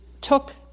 took